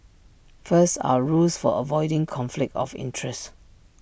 first our rules for avoiding conflict of interest